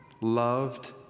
loved